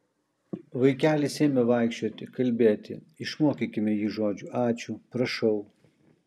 vaikelis ėmė vaikščioti kalbėti išmokykime jį žodžių ačiū prašau